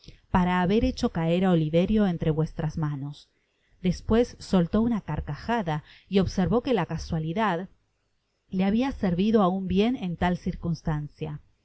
para haber hecho casr oliverio entre vuestras manos despues soltó una carcajada y observó que la casualidad le habla servido aun bien en tal circunstancia